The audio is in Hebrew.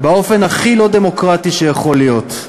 באופן הכי לא דמוקרטי שיכול להיות.